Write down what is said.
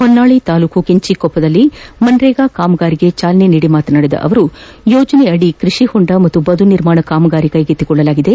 ಹೊನ್ನಾಳಿ ತಾಲ್ಲೂಕಿನ ಕೆಂಚಿಕೊಪ್ಪದಲ್ಲಿ ಮನ್ರೇಗಾ ಕಾಮಗಾರಿಗೆ ಚಾಲನೆ ನೀಡಿ ಮಾತನಾಡಿದ ಅವರು ಯೋಜನೆಯದಿ ಕೃಷಿ ಹೊಂಡ ಹಾಗೂ ಬದು ನಿರ್ಮಾಣ ಕಾಮಗಾರಿಗಳನ್ನು ಕೈಗೆತ್ತಿಕ್ಕೊಳ್ಳಲಾಗಿದೆ